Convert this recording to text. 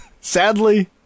Sadly